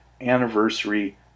anniversary